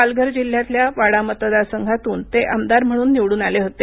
पालघर जिल्ह्यातल्या वाडा मतदारसंघातून ते आमदार म्हणून निवडून आले होते